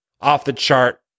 off-the-chart